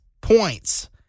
points